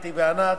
אתי וענת,